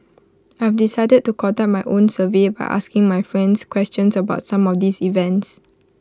I'll decided to conduct my own survey by asking my friends questions about some of these events